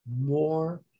more